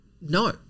No